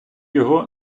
його